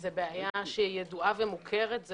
זו בעיה שהיא ידועה ומוכרת.